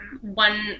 one